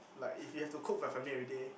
like if you have to cook for your family everyday